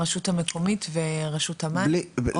הרשות המקומית ורשות המים או תאגיד המים?